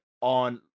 on